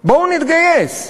בואו נתגייס.